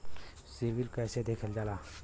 CIBIL कैसे देखल जाला?